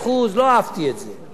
לא אהבתי את זה,